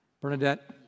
Bernadette